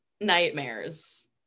nightmares